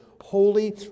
holy